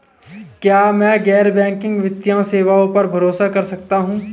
क्या मैं गैर बैंकिंग वित्तीय सेवाओं पर भरोसा कर सकता हूं?